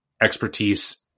expertise